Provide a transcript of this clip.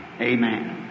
Amen